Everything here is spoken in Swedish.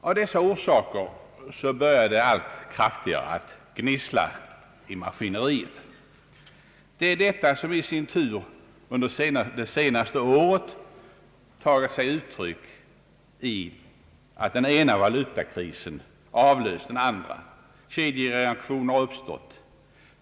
Av dessa orsaker började det att gnissla allt kraftigare i maskineriet, Det är detta som i sin tur under det senaste året tagit sig uttryck i att den ena valutakrisen avlöst den andra. Kedjereaktioner har uppstått.